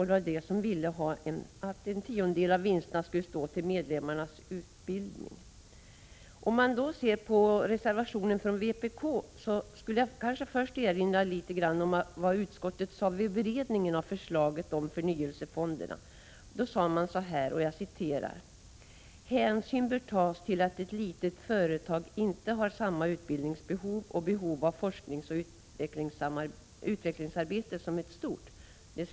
Det var de som ville att en tiondel av vinsterna skulle gå till medlemmarnas utbildning. Som kommentar till reservationen från vpk vill jag först erinra om vad utskottet sade vid beredningen av förslaget om förnyelsefonder: Hänsyn bör tas till att ett litet företag inte har samma utbildningsbehov och behov av forskningsoch utvecklingsarbete som ett stort.